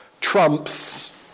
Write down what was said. trumps